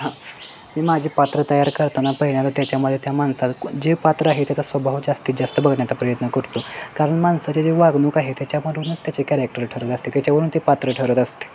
हां मी माझे पात्र तयार करताना पहिल्यांदा तर त्याच्यामध्ये त्या माणसात कोण जे पात्र आहे त्याचा स्वभाव जास्तीत जास्त बघण्याचा प्रयत्न करतो कारण माणसाचे जे वागणूक आहे त्याच्यावरूनच त्याचे कॅरॅक्टर ठरत असते त्याच्यावरून ते पात्र ठरत असते